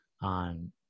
on